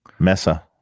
Mesa